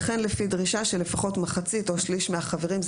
וכן לפי דרישה של לפחות מחצית או שליש מהחברים.